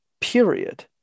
period